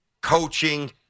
coaching